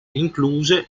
incluse